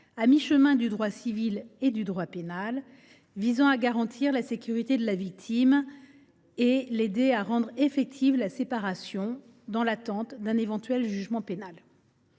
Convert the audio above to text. à mi chemin du droit civil et du droit pénal, visant à garantir la sécurité de la victime et à l’aider à rendre effective la séparation, dans l’attente d’un éventuel jugement pénal.